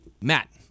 Matt